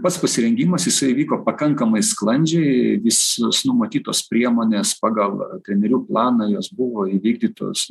pats pasirengimas jisai vyko pakankamai sklandžiai visos numatytos priemonės pagal trenerių planą jos buvo įvykdytos